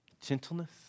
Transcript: gentleness